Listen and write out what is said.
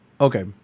Okay